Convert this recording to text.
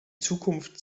zukunft